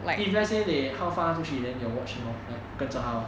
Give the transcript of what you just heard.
if let's say they 他放它出去 then 你要 watch him lor 跟着它 lor